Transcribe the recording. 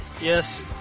Yes